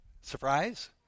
Surprise